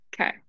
Okay